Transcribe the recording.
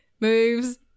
moves